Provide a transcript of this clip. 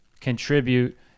contribute